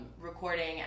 recording